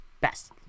best